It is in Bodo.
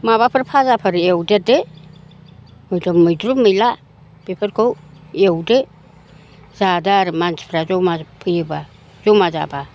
माबाफोर फाजाफोर एवदेरदो गुदुं मैद्रु मैला बेफोरखौ एवदो जादो आरो मानसिफ्रा जमा फैयोबा जमा जाबा